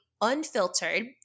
unfiltered